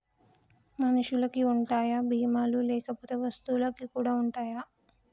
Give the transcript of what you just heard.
మనుషులకి ఉంటాయా బీమా లు లేకపోతే వస్తువులకు కూడా ఉంటయా?